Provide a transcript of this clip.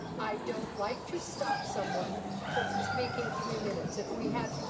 i don't like to stop someone from speaking three minutes. if we had,